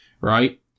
Right